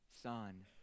son